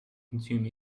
consume